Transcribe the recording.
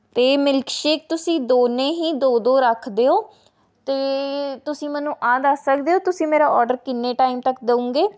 ਅਤੇ milk shake ਤੁਸੀਂ ਦੋਨੇਂ ਹੀ ਦੋ ਦੋ ਰੱਖ ਦਿਉ ਅਤੇ ਤੁਸੀਂ ਮੈਨੂੰ ਆਹ ਦੱਸ ਸਕਦੇ ਹੋ ਤੁਸੀਂ ਮੇਰਾ ਆਰਡਰ ਕਿੰਨੇ ਟਾਈਮ ਤੱਕ ਦੇਵੋਂਗੇ